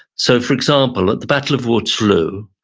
so for example, at the battle of waterloo,